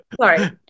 sorry